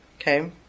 okay